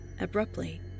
Abruptly